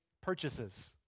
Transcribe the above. purchases